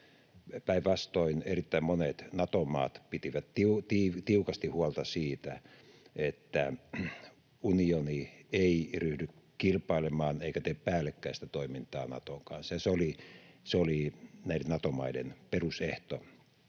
Päinvastoin, erittäin monet Nato-maat pitivät tiukasti huolta siitä, että unioni ei ryhdy kilpailemaan eikä tee päällekkäistä toimintaa Naton kanssa. Se oli näiden Nato-maiden perusehto,